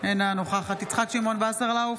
אינה נוכחת יצחק שמעון וסרלאוף,